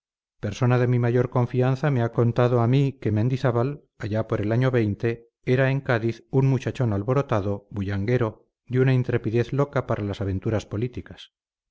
persona de mi mayor confianza me ha contado a mí que mendizábal allá por el año era en cádiz un muchachón alborotado bullanguero de una intrepidez loca para las aventuras políticas